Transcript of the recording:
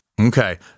Okay